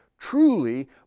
Truly